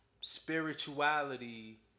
spirituality